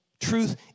Truth